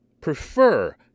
prefer